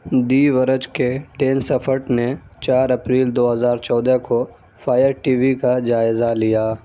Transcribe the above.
دی کے ڈین سفرٹ نے چار اپریل دو ہزار چودہ کو فائر ٹی وی کا جائزہ لیا